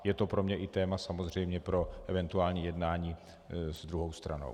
Je to pro mě i téma samozřejmě pro eventuální jednání s druhou stranou.